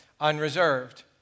unreserved